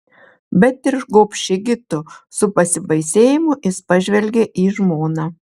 bet ir gobši gi tu su pasibaisėjimu jis pažvelgė į žmoną